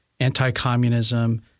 anti-communism